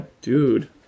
Dude